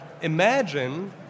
imagine